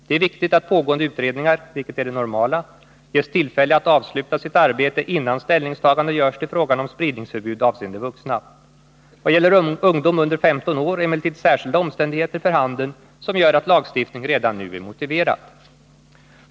Det är viktigt att pågående utredningar — vilket är det normala — ges tillfälle att avsluta sitt arbete innan ställningstagande görs till frågan om spridningsförbud avseende vuxna. Vad gäller ungdom under 15 år är emellertid särskilda omständigheter för handen som gör att lagstiftning redan nu är motiverad.